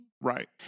Right